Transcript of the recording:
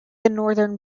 northern